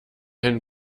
ein